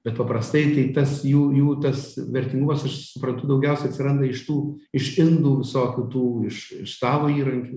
bet paprastai tai tas jų jų tas vertingumas aš suprantu daugiausiai atsiranda iš tų iš indų visokių tų iš iš stalo įrankių